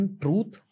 truth